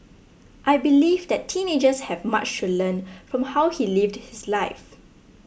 I believe that teenagers have much to learn from how he lived his life